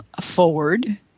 forward